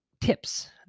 tips